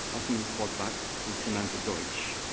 esme cordback and samantha dutch.